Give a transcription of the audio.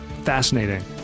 fascinating